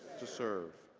to serve.